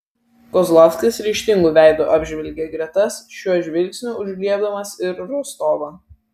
kozlovskis ryžtingu veidu apžvelgė gretas šiuo žvilgsniu užgriebdamas ir rostovą